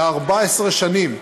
ל-14 שנים,